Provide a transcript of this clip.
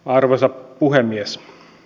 arvoisa puhemies